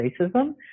racism